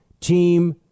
Team